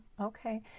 okay